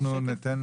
אנחנו ניתן